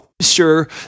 sure